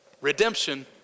redemption